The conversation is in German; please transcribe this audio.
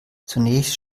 zunächst